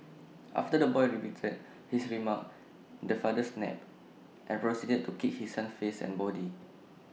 after the boy repeated his remark the father snapped and proceeded to kick his son's face and body